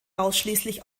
ausschließlich